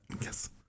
Yes